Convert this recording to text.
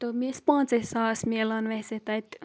تہٕ مےٚ ٲسۍ پانٛژَے ساس ملان ویسے تَتہِ